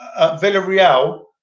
Villarreal